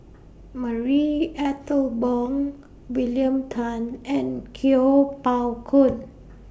Marie Ethel Bong William Tan and Kuo Pao Kun